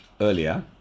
earlier